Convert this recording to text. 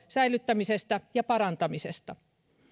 säilyttämisestä ja parantamisesta